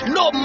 no